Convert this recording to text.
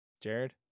Jared